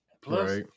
Plus